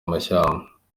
amashyamba